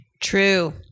True